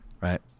right